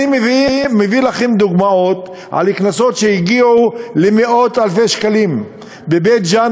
אני מביא לכם דוגמאות על קנסות שהגיעו למאות-אלפי שקלים: בבית-ג'ן,